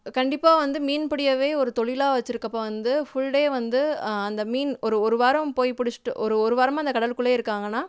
கண்டிப்பாக வந்து மீன் பிடியவே வந்து ஒரு தொழிலா வச்சிருக்கப்போ வந்து ஃபுல் டே வந்து அந்த மீன் ஒரு ஒரு வாரம் போய் பிடிச்சிட்டு ஒரு ஒரு வாரமாக அந்த கடலுக்குள்ளே இருக்காங்கன்னால்